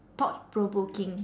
thought provoking